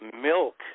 milk